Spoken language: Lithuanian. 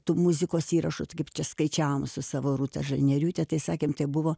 tų muzikos įrašų tai kaip čia skaičiavom su savo rūta žalnieriūtė tai sakėm tebuvo